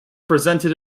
presented